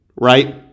right